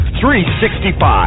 365